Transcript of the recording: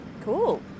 Cool